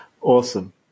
Awesome